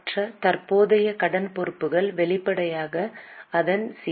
மற்ற தற்போதைய கடன் பொறுப்புகள் வெளிப்படையாக அதன் சி